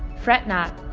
fret not.